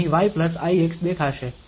અહીં yix દેખાશે